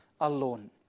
alone